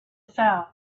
south